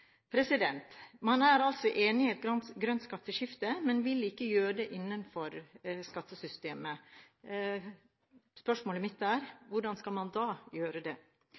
Man er altså enig i et grønt skatteskifte, men vil ikke gjøre det innenfor skattesystemet. Spørsmålet mitt er da: Hvordan skal man da gjøre det?